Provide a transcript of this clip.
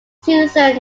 susan